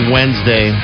Wednesday